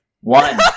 One